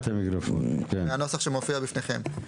בנוסח שמופיע בפניכם.